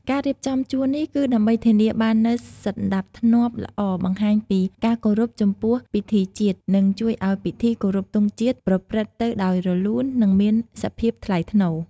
ការរៀបចំជួរនេះ គឺដើម្បីធានាបាននូវសណ្តាប់ធ្នាប់ល្អ បង្ហាញពីការគោរពចំពោះពិធីជាតិ និងជួយឱ្យពិធីគោរពទង់ជាតិប្រព្រឹត្តទៅដោយរលូន និងមានសភាពថ្លៃថ្នូរ។